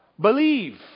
Believe